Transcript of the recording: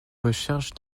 recherche